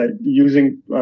using